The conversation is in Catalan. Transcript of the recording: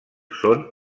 són